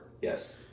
Yes